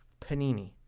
Panini